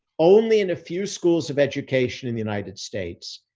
only in a few schools of education in the united states,